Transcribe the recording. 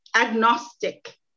agnostic